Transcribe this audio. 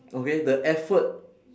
okay the effort